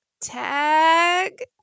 Tag